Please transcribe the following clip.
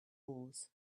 wars